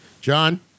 John